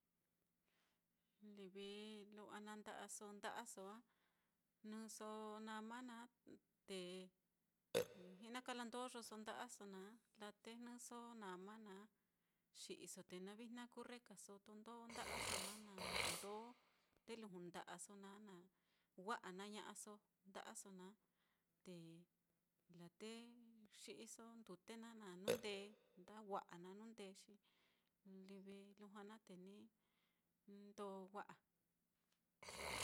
Livi lu'wa nanda'aso nda'aso á, jnɨso nama naá te ji'naka landoyoso nda'aso naá, la te jnɨso nama xi'iso te navijna kurrekaso, tondo nda'aso naá, na ndundó nde luju nda'aso naá naá, wa'a na ña'aso nda'aso naá, te laa te xi'iso ndute naá, na jnundee, kuenda wa'a na jnundee xi livi lujua naá, te livi ni ndoo wa'a.